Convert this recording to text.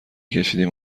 کشیدیم